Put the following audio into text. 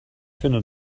finde